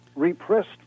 repressed